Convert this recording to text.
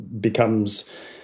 becomes